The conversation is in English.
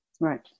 Right